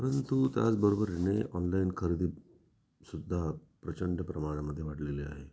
परंतु त्याचबरोबरीने ऑनलाईन खरेदी सुद्धा प्रचंड प्रमाणामध्ये वाढलेली आहे